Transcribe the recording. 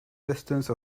distance